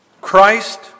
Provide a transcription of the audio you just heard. Christ